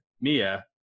Mia